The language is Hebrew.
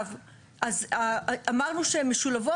אז אמרנו שהן משולבות.